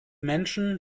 menschen